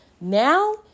Now